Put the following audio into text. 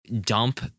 dump